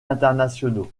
internationaux